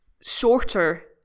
shorter